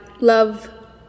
love